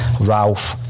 Ralph